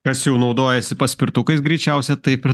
kas jau naudojasi paspirtukais greičiausiai taip ir